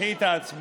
שתדחי את ההצבעה.